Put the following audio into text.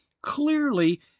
clearly